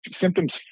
Symptoms